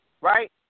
right